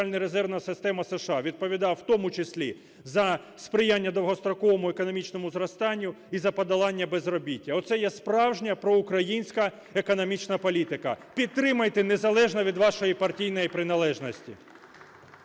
резервна система США, відповідав в тому числі за сприяння довгостроковому економічному зростанню і за подолання безробіття. Оце є справжня проукраїнська економічна політика. Підтримайте, незалежно від вашої партійної приналежності.